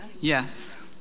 Yes